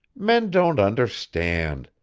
men don't understand.